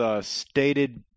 stated